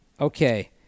Okay